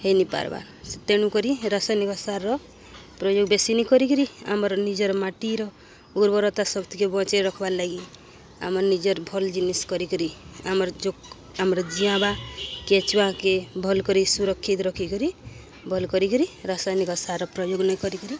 ହେଇ ନି ପାର୍ବା ତେଣୁକରି ରାସାୟନିକ ସାରର ପ୍ରୟୋଗ ବେଶୀ ନି କରିକିରି ଆମର ନିଜର ମାଟିର ଉର୍ବରତା ସବତିକେ ବଞ୍ଚେଇ ରଖ୍ବାର ଲାଗି ଆମର ନିଜର ଭଲ୍ ଜିନିଷ୍ କରିକିରି ଆମର ଯୋ ଆମର ଜିଆଁବା କେଚୁଆଁକେ ଭଲ୍ କରି ସୁରକ୍ଷିତ ରଖିକରି ଭଲ୍ କରିକିରି ରାସାୟନିକ ସାର ପ୍ରୟୋଗ ନାଇ କରିକିରି